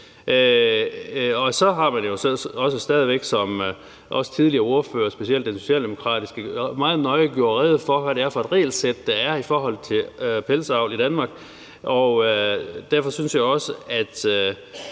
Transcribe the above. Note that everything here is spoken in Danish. Så har man jo også stadig væk, som også tidligere ordførere og specielt den socialdemokratiske ordfører meget nøje har gjort rede for, det regelsæt, der er i forhold til pelsdyravl i Danmark, og derfor synes jeg også, at